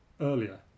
earlier